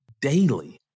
Daily